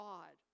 God